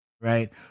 right